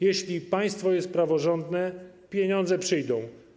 Jeśli państwo jest praworządne, pieniądze przyjdą.